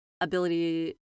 ability